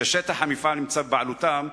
ששטח המפעל נמצא בבעלותם,